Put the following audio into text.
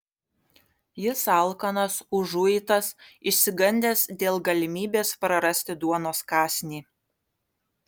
jis alkanas užuitas išsigandęs dėl galimybės prarasti duonos kąsnį